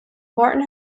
martin